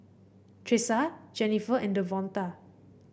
Tressa Jenifer and Davonta